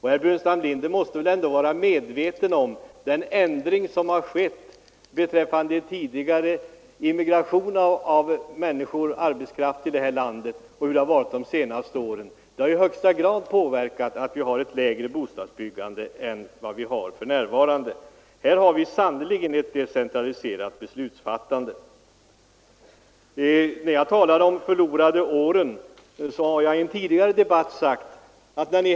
Herr Burenstam Linder måste väl ändå vara medveten om den ändring som har skett beträffande immigrationen av arbetskraft till vårt land, hur den var tidigare och hur den har varit de senaste åren. Den har i högsta grad påverkat bl.a. bostadsbyggandet. Det föreligger ett decentraliserat beslutsfattande när det gäller bostadsbyggande.